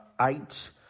eight